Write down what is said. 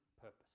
purpose